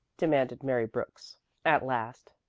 demanded mary brooks at last.